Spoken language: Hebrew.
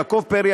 יעקב פרי,